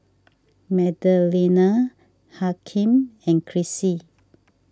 Magdalena Hakeem and Chrissie